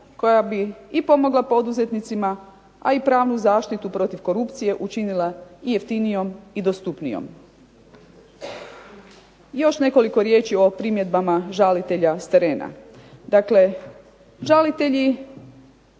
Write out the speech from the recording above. koja bi i pomogla poduzetnicima, a i pravnu zaštitu protiv korupcije učinila i jeftinijom i dostupnijom. Još nekoliko riječi o primjedbama žalitelja s terena.